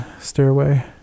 stairway